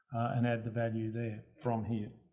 and add the value there from here.